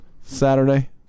Saturday